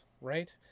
right